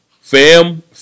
fam